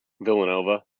Villanova